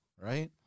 right